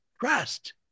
trust